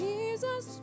Jesus